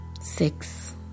six